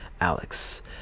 Alex